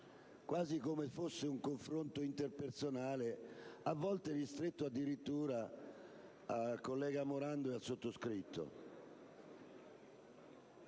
quasi fosse un confronto interpersonale, a volte ristretto addirittura al collega Morando e al sottoscritto.